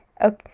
Okay